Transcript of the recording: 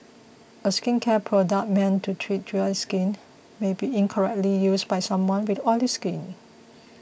a skincare product meant to treat dry skin may be incorrectly used by someone with oily skin